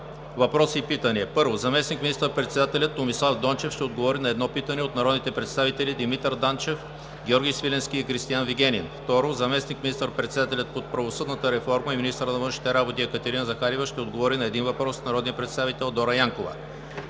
Въпроси и питания: - Заместник министър-председателят Томислав Дончев ще отговори на едно питане от народните представители Димитър Данчев, Георги Свиленски и Кристиан Вигенин. - Заместник министър-председателят по правосъдната реформа и министър на външните работи Екатерина Захариева ще отговори на един въпрос от народния представител Дора Янкова.